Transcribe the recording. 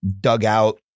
dugout